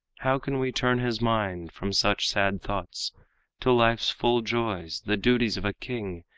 how can we turn his mind from such sad thoughts to life's full joys, the duties of a king,